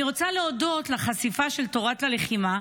אני רוצה להודות על החשיפה של תורת הלחימה,